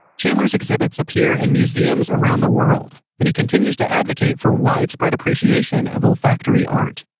chandler's exhibits appear in museums around the world, and he continues to advocate for widespread appreciation of olfactory art